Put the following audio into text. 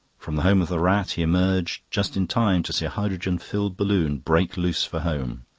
from the home of the rat he emerged just in time to see a hydrogen-filled balloon break loose for home.